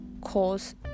cause